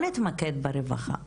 של תמיכה במשפחות שאיבדו את הבית,